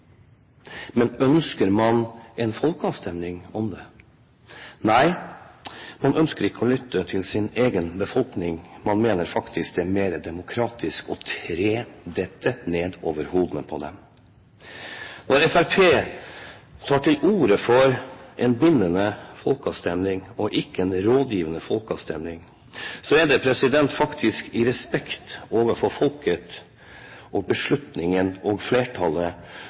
Men ønsker man en folkeavstemning om det? Nei, man ønsker ikke å lytte til sin egen befolkning. Man mener faktisk det er mer demokratisk å tre dette nedover hodene på dem. Når Fremskrittspartiet tar til orde for en bindende folkeavstemning og ikke en rådgivende folkeavstemning, er det faktisk i respekt for folket, beslutningen og flertallet